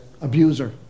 abuser